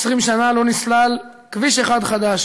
20 שנה לא נסלל כביש חדש